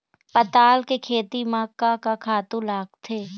पताल के खेती म का का खातू लागथे?